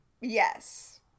Yes